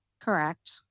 Correct